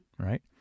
Right